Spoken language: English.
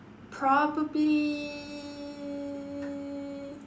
probably